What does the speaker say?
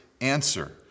answer